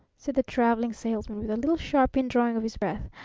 said the traveling salesman with a little sharp indrawing of his breath.